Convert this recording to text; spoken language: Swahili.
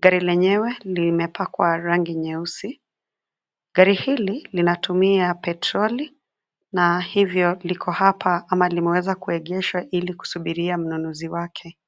gari lenyewe limepakwa rangi nyeusi, gari hili linatumia petroli, na hivyo liko hapa ama limeweza kuegeshwa ilikusubiria mnunuzi wake.